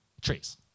trees